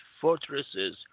fortresses